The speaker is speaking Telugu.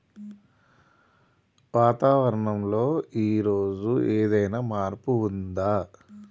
వాతావరణం లో ఈ రోజు ఏదైనా మార్పు ఉందా?